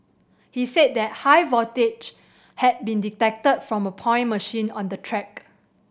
he said that high voltage had been detected from a point machine on the track